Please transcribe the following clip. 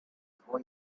for